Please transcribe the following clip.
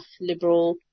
Liberal